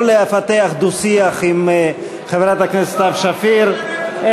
לא לפתח דו-שיח עם חברת הכנסת סתיו שפיר,